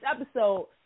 episode